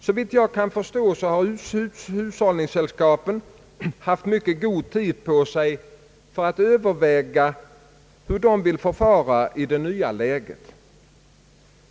Såvitt jag förstår har hushållningssällskapen haft mycket god tid på sig för att överväga hur de vill förfara i det nya läget.